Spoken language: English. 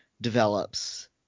develops